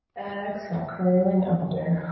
xcel curling under.